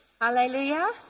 Hallelujah